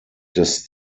des